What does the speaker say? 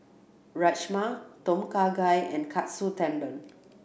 Rajma Tom Kha Gai and Katsu Tendon